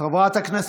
בעד